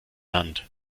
land